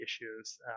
issues